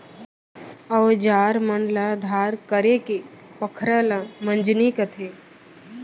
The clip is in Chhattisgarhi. अउजार मन ल धार करेके पखरा ल मंजनी कथें